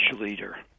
leader